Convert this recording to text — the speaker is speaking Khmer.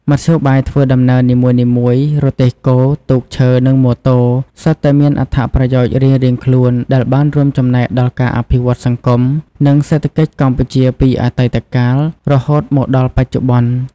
មធ្យោបាយធ្វើដំណើរនីមួយៗ រទេះគោ ទូកឈើ និងម៉ូតូ សុទ្ធតែមានអត្ថប្រយោជន៍រៀងៗខ្លួនដែលបានរួមចំណែកដល់ការអភិវឌ្ឍសង្គម និងសេដ្ឋកិច្ចកម្ពុជាពីអតីតកាល រហូតមកដល់បច្ចុប្បន្ន ។